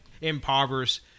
impoverished